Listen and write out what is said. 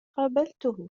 قابلته